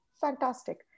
Fantastic